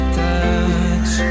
touch